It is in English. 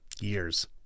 years